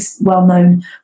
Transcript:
well-known